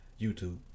YouTube